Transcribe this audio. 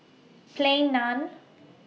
Plain Naan